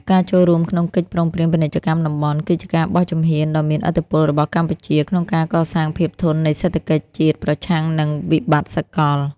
ការចូលរួមក្នុងកិច្ចព្រមព្រៀងពាណិជ្ជកម្មតំបន់ គឺជាការបោះជំហានដ៏មានឥទ្ធិពលរបស់កម្ពុជា ក្នុងការកសាងភាពធន់នៃសេដ្ឋកិច្ចជាតិប្រឆាំងនឹងវិបត្តិសកល។